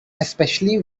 especially